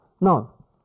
No